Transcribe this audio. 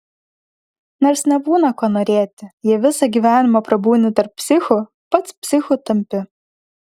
nors nebūna ko norėti jei visą gyvenimą prabūni tarp psichų pats psichu tampi